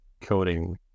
coding